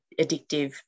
addictive